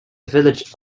village